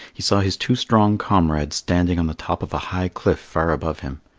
he saw his two strong comrades standing on the top of the high cliff far above him.